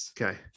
Okay